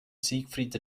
siegfried